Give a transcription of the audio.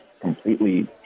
completely